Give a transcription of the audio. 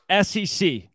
SEC